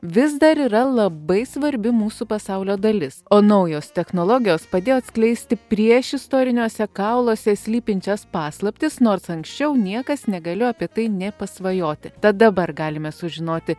vis dar yra labai svarbi mūsų pasaulio dalis o naujos technologijos padėjo atskleisti priešistoriniuose kauluose slypinčias paslaptis nors anksčiau niekas negalėjo apie tai nė pasvajoti tad dabar galime sužinoti